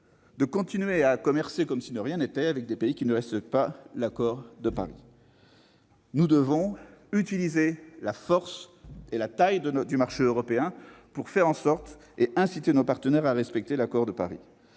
de continuer à commercer, comme si de rien n'était, avec des pays qui ne respectent pas l'accord de Paris. Nous devons utiliser la force et la taille du marché européen pour inciter nos partenaires à le respecter. Il faut